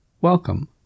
Welcome